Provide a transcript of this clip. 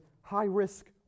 high-risk